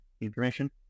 information